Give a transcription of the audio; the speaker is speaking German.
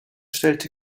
stellte